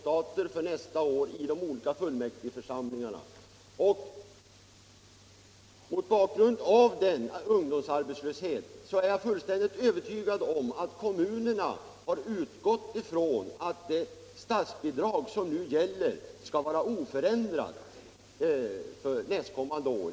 Vilka åtgärder har under de fem veckor som förflutit vidtagits för att fullfölja de av den förutvarande lilla delegationen igångsatta projekten, t.ex. aktiviteterna inom de statliga företagen? 3. På vilket sätt kommer den parlamentariska kommittén att beredas tillfälle att få insyn i och kunna påverka regeringens budgetarbete?